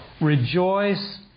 Rejoice